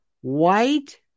White